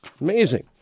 amazing